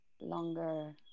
longer